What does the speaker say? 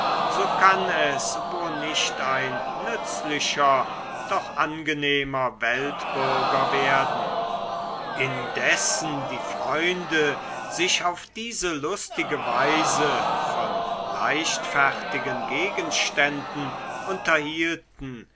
so kann es wo nicht ein nützlicher doch angenehmer weltbürger werden indessen die freunde sich auf diese lustige weise von leichtfertigen gegenständen unterhielten